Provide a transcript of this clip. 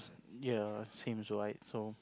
ya seems right so